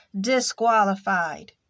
disqualified